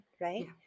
right